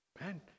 man